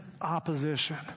opposition